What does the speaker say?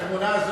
שהתמונה,